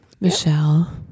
Michelle